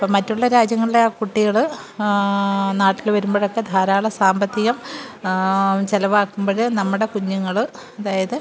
അപ്പോൾ മറ്റുള്ള രാജ്യങ്ങളിലെ കുട്ടികൾ നാട്ടിലു വരുമ്പോഴൊക്കെ ധാരാളം സാമ്പത്തികം ചിലവാക്കുമ്പോൾ നമ്മുടെ കുഞ്ഞുങ്ങൾ അതായത്